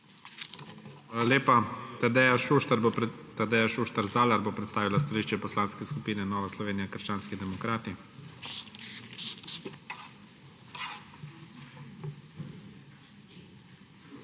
lepa. Tadeja Šuštar Zalar bo predstavila stališče Poslanske skupine Nova Slovenija – krščanski demokrati.